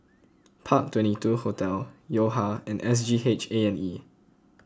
Park Twenty two Hotel Yo Ha and S G H A and E